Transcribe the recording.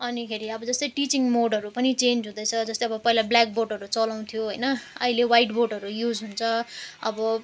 अनिखेरि अब जस्तो टिचिङ मोडहरू पनि चेन्ज हुँदैछ जस्तो अब पहिला ब्ल्याकबोर्डहरू चलाउँथ्यो होइन अहिले वाइटबोर्डहरू युज हुन्छ अब